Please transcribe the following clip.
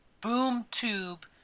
Boom-tube